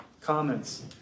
comments